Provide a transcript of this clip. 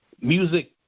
music